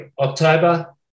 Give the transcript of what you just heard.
October